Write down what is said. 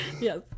yes